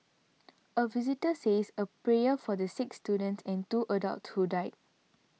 a visitor says a prayer for the six students and two adults who died